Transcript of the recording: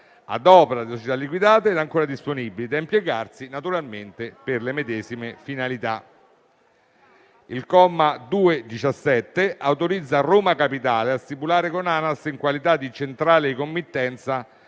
ad opera delle società liquidate ed ancora disponibili, da impiegarsi per le medesime finalità. Il comma 2-*septiesdecies* autorizza Roma capitale a stipulare con ANAS in qualità di centrale di committenza